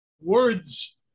Words